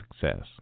success